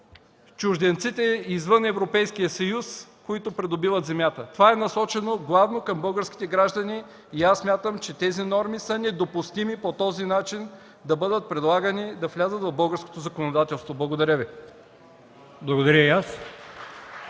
чужденците извън Европейския съюз, които придобиват земята. Това е насочено главно към българските граждани и аз смятам, че тези норми са недопустими по този начин да бъдат предлагани и да влязат в българското законодателство. Благодаря. (Ръкопляскания